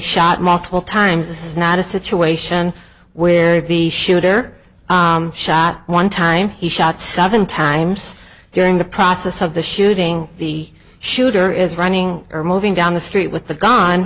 shot multiple times this is not a situation where if the shooter shot one time he shot seven times during the process of the shooting the shooter is running or moving down the street with the gone